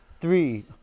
three